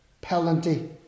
penalty